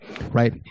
right